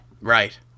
Right